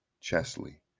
Chesley